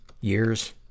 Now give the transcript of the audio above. years